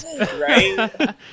right